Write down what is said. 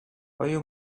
آیا